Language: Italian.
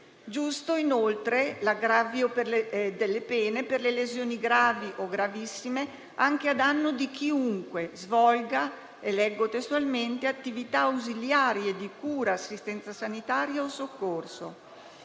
giusto, inoltre, l'aggravio delle pene in caso di lesioni gravi o gravissime, anche a danno di «chiunque svolga attività ausiliarie di cura, assistenza sanitaria o soccorso».